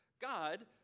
God